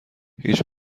هیچ